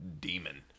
demon